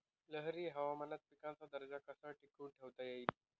लहरी हवामानात पिकाचा दर्जा कसा टिकवून ठेवता येईल?